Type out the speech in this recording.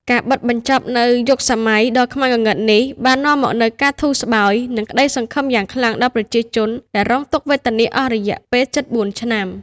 ការបិទបញ្ចប់នូវយុគសម័យដ៏ខ្មៅងងឹតនេះបាននាំមកនូវការធូរស្បើយ និងក្តីសង្ឃឹមយ៉ាងខ្លាំងដល់ប្រជាជនដែលរងទុក្ខវេទនាអស់រយៈពេលជិត ៤ ឆ្នាំ។